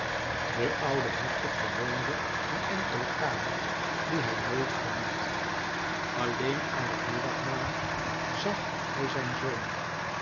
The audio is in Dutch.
de oude hertog bewoonde een enkele kamer die hij nooit verliet alleen aan het middagmaal zag hij zijn zoon